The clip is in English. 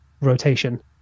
rotation